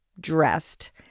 dressed